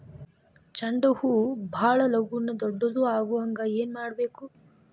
ಚಂಡ ಹೂ ಭಾಳ ಲಗೂನ ದೊಡ್ಡದು ಆಗುಹಂಗ್ ಏನ್ ಮಾಡ್ಬೇಕು?